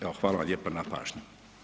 Evo hvala vam lijepa na pažnji.